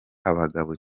abagabo